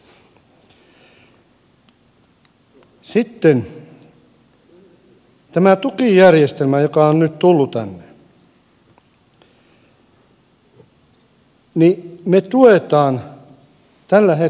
sitten tämä tukijärjestelmä joka on nyt tullut tänne niin me tuemme tällä hetkelläkin